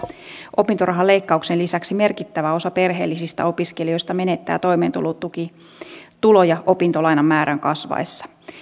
opintorahan leikkauksen lisäksi merkittävä osa perheellisistä opiskelijoista menettää toimeentulotukituloja opintolainan määrän kasvaessa